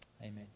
Amen